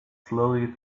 slowly